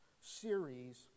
series